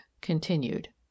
continued